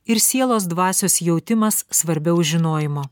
ir sielos dvasios jautimas svarbiau žinojimo